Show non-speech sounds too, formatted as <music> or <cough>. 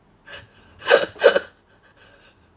<laughs>